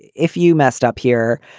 if you messed up here,